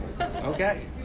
Okay